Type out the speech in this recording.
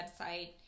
website